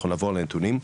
אנחנו נעבור על הנתונים,